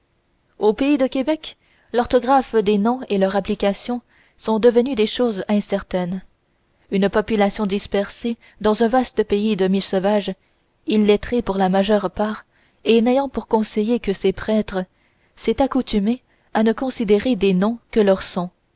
au pays de québec l'orthographe des noms et leur application sont devenues des choses incertaines une population dispersée dans un vaste pays demi sauvage illettrée pour la majeure part et n'ayant pour conseillers que ses prêtres s'est accoutumée à ne considérer des noms que leur son